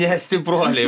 ne stipruoliai